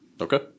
Okay